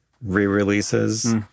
re-releases